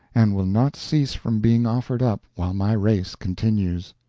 and will not cease from being offered up while my race continues.